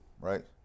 right